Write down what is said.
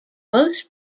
most